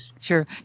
Sure